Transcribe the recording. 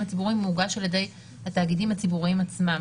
הציבוריים מוגש על ידי התאגידים הציבוריים עצמם.